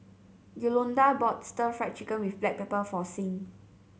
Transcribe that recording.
Yolonda bought stir Fry Chicken with Black Pepper for Sing